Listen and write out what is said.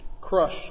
crush